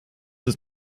ist